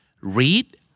Read